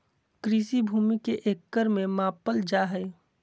कृषि भूमि के एकड़ में मापल जाय हइ